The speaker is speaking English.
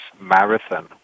marathon